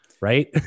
right